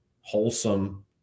wholesome